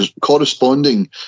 corresponding